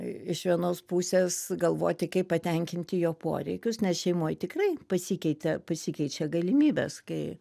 iš vienos pusės galvoti kaip patenkinti jo poreikius nes šeimoj tikrai pasikeitė pasikeičia galimybės kai